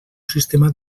sistema